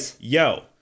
yo